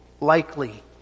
likely